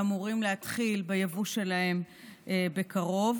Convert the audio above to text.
שאמורים להתחיל בייבוא שלהם בקרוב.